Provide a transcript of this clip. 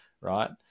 right